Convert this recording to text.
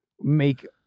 make